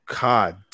God